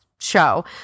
show